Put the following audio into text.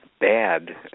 bad